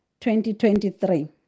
2023